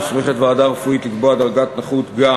מוסמכת ועדה רפואית לקבוע דרגת נכות גם